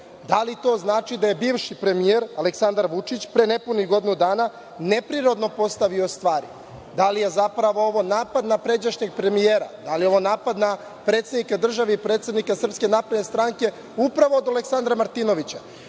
Da li to znači da je bivši premijer Aleksandar Vučić pre nepunih godinu dana neprirodno postavio stvari? Da li je ovo zapravo napad na pređašnjeg premijera? Da li je ovo napad na predsednika države i predsednika SNS upravo od Aleksandra Martinovića?